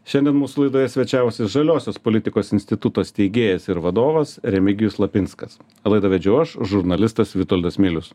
šiandien mūsų laidoje svečiavosi žaliosios politikos instituto steigėjas ir vadovas remigijus lapinskas laidą vedžiau aš žurnalistas vitoldas milius